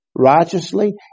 righteously